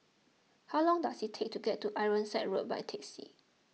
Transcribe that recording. how long does it take to get to Ironside Road by taxi